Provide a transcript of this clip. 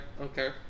Okay